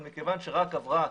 אבל מכיוון שרק עברה